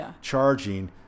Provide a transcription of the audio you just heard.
charging